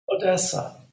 Odessa